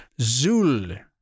Zul